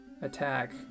attack